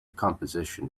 composition